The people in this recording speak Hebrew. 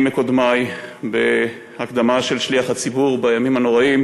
מקודמי בהקדמה של שליח הציבור בימים הנוראים,